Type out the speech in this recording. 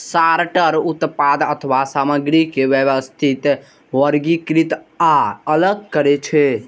sorter उत्पाद अथवा सामग्री के व्यवस्थित, वर्गीकृत आ अलग करै छै